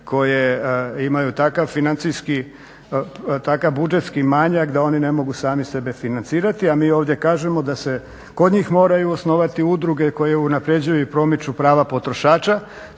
financijski, takav budžetski manjak da oni ne mogu sami sebe financirati. A mi ovdje kažemo da se kod njih moraju osnovati udruge koje unapređuju i promiču prava potrošača.